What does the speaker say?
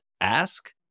ask